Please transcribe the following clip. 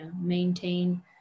maintain